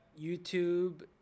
YouTube